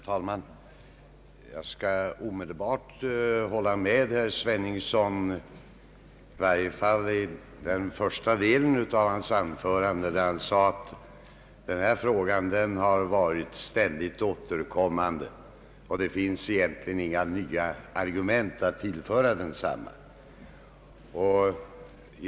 Herr talman! Jag skall omedelbart hålla med herr Sveningsson, i varje fall i den första delen av hans anförande. Han sade att denna fråga har varit ständigt återkommande, och att det egentligen inte finns några nya argument att tillföra densamma.